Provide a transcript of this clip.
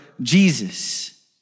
Jesus